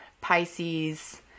Pisces